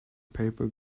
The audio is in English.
paper